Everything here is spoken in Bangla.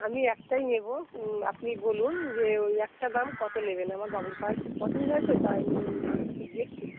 আমি একটাই নেবো আপনি বলুন যে ওই একটা দাম কত নেবেন আমার বাবুর পায়ের খুব পছন্দ হয়েছে তাই আমি আসতে আসতে দেখছিলাম